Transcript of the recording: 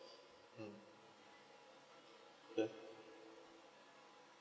yeah